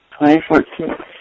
2014